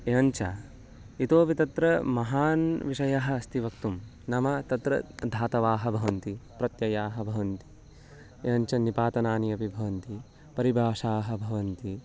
एवञ्च इतोऽपि तत्र महान् विषयः अस्ति वक्तुं नाम तत्र धातवाः भवन्ति प्रत्ययाः भवन्ति एवञ्च निपातनानि अपि भवन्ति परिभाषाः भवन्ति